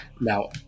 now